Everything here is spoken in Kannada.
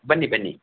ಬನ್ನಿ ಬನ್ನಿ